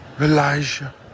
Elijah